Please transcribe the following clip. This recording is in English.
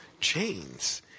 chains